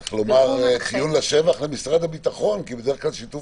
צריך לומר ציון לשבח למשרד הביטחון כי בדרך כלל שיתוף